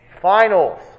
Finals